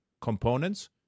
components